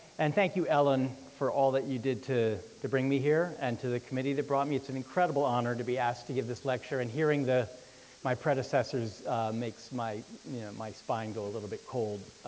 and thank you ellen, for all that you did to to bring me here, and to the committee that brought me, it's an incredible honor to be asked to give this lecture, and hearing my predecessors makes my yeah my spine go a little bit cold,